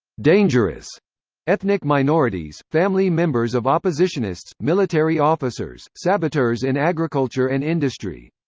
dangerous ethnic minorities, family members of oppositionists, military officers, saboteurs in agriculture and industry.